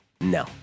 No